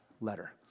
letter